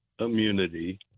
immunity